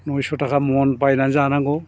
नयस' थाखा मन बायनानै जानांगौ